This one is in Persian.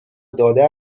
داده